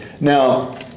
Now